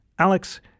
Alex